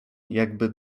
jakby